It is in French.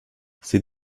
ses